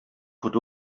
could